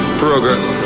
progress